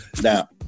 now